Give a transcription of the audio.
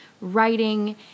writing